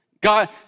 God